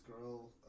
girl